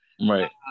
Right